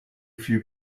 few